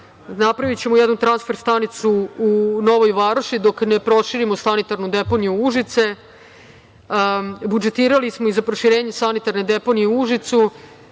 Napravićemo jednu transfer stanicu u Novoj Varoši dok ne proširimo sanitarnu deponiju Užice. Budžetirali smo i za proširenje sanitarne deponije u Užicu,